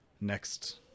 next